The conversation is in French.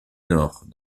nord